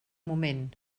moment